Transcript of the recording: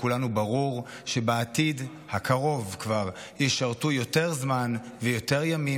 לכולנו ברור שכבר בעתיד הקרוב ישרתו יותר זמן ויותר ימים